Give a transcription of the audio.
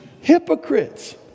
hypocrites